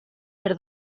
per